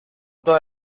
todas